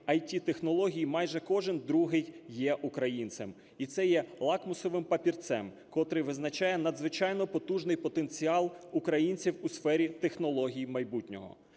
ІТ-технологій майже кожен другий є українцем, і це є лакмусовим папірцем, котрий визначає надзвичайно потужний потенціал українців у сфері технологій майбутнього.